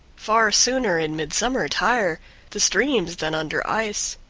far sooner in midsummer tire the streams than under ice.